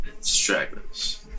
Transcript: stragglers